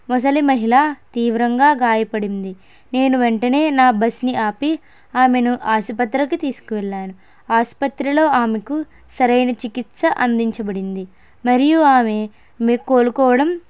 ముసలి మహిళ తీవ్రంగా గాయపడింది నేను వెంటనే నా బస్సును ఆపి ఆమెను ఆసుపత్రికి తీసుకు వెళ్ళాను ఆసుపత్రిలో ఆమెకు సరైన చికిత్స అందించబడింది మరియు ఆమె మె కోలుకోవడం